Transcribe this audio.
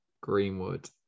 Greenwood